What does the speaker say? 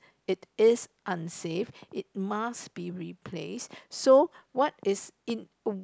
it is unsafe it must be replace so what is in